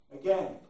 again